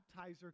baptizer